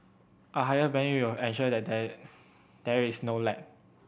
a higher band will ensure that there there is no lag